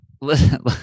Listen